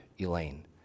elaine